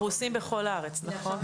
הם פרושים בכל הארץ, נכון?